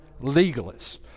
legalists